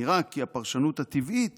נראה כי הפרשנות הטבעית